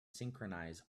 synchronize